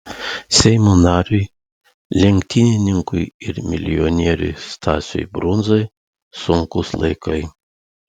seimo nariui lenktynininkui ir milijonieriui stasiui brundzai sunkūs laikai